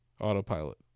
autopilot